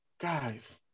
Guys